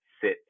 sit